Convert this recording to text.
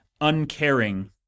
uncaring